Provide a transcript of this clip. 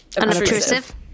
unobtrusive